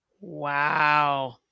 Wow